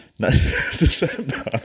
December